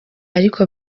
ariko